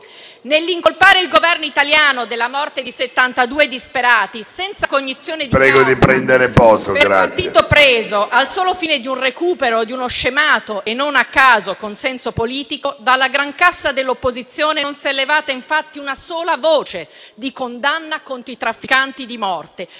Nell'incolpare il Governo italiano della morte di 72 disperati senza cognizione di causa, per partito preso, al solo fine del recupero di uno scemato - e non a caso - consenso politico, dalla grancassa dell'opposizione non si è levata infatti una sola voce di condanna contro i trafficanti di morte